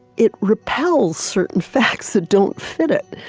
it repels certain facts that don't fit it,